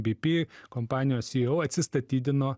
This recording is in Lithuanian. bp kompanijos ceo atsistatydino